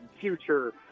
future